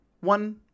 one